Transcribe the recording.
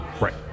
Right